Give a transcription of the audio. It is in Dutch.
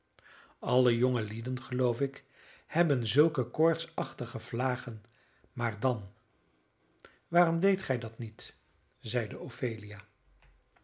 alle jongelieden geloof ik hebben zulke koortsachtige vlagen maar dan waarom deedt gij dat niet zeide ophelia